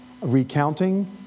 recounting